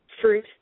fruit